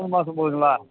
மூணு மாசம் போதுங்களா